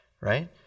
right